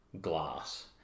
glass